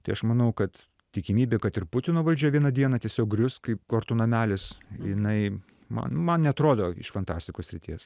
tai aš manau kad tikimybė kad ir putino valdžia vieną dieną tiesiog grius kaip kortų namelis jinai man man neatrodo iš fantastikos srities